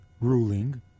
ruling